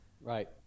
Right